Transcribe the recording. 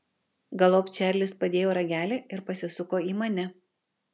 galop čarlis padėjo ragelį ir pasisuko į mane